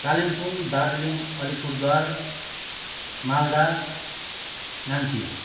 Kalimpong Darjeeling Alipurduar Malda Namchi